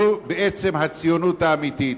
בעצם, זו הציונות האמיתית.